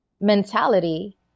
mentality